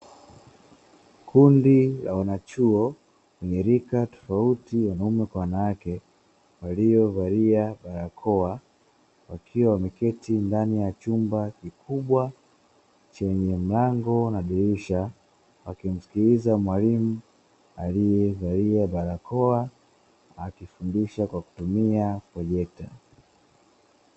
Kundi la wanachuo wenye rika tofauti wanaume kwa wanawake, waliovalia barakoa, wakiwa wameketi ndani ya chumba kikubwa chenye mlango na dirisha, wakimsikiliza mwalimu aliyevalia barakoa, akifundisha kwa kutumia projekta.